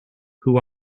who